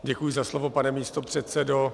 Děkuji za slovo, pane místopředsedo.